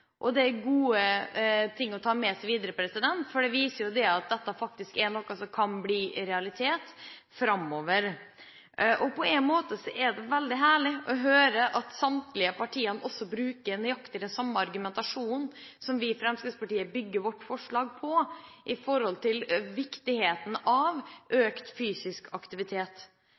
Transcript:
aktivitet. Det er gode ting å ta med seg videre, for det viser jo at dette faktisk er noe som kan bli en realitet framover. På en måte er det veldig herlig å høre at samtlige partier bruker nøyaktig den samme argumentasjonen som vi i Fremskrittspartiet bygger vårt forslag på, når det gjelder viktigheten av økt fysisk aktivitet.